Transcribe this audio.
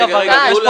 ומי יגיש את התביעות?